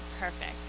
perfect